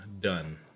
done